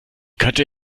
könnte